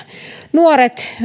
nuoret